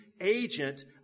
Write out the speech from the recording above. agent